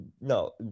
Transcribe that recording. No